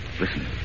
Listen